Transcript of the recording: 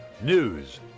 News